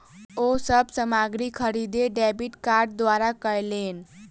ओ सब सामग्री खरीद डेबिट कार्ड द्वारा कयलैन